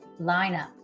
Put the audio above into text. lineup